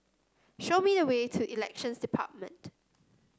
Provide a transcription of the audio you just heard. show me the way to Elections Department